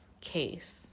case